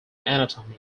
anatomy